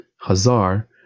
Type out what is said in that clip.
Hazar